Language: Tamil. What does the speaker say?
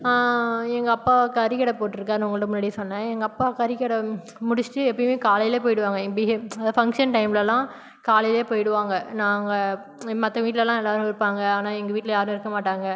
எங்கள் அப்பா கறிக்கடை போட்டிருக்காருனு உங்கள்கிட்ட முன்னாடியே சொன்னேன் எங்கள் அப்பா கறிக்கடை முடித்திட்டு எப்பவுமே காலையில் போய்விடுவாங்க பிகவ் அதாவது ஃபங்க்ஷன் டைம்லலாம் காலையில் போய்விடுவாங்க நாங்கள் மற்ற வீட்டிலலாம் எல்லாரும் இருப்பாங்க ஆனால் எங்கள் வீட்டில் யாரும் இருக்க மாட்டாங்க